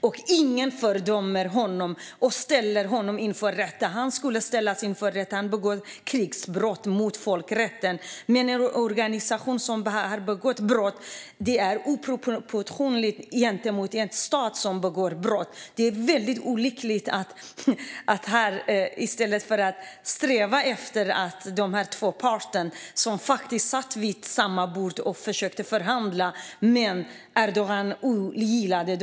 Och ingen fördömer honom och ställer honom inför rätta. Han borde ställas inför rätta, för han begår krigsbrott och brott mot folkrätten. Men en organisation som har begått brott är något oproportionerligt gentemot en stat som begår brott. Det är väldigt olyckligt att man inte strävar efter att de båda parter som faktiskt satt vid samma bord och försökte förhandla får fortsätta med det.